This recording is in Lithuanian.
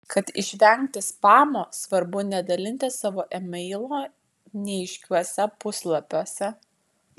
kad išvengti spamo svarbu nedalinti savo emailo neaiškiuose puslapiuose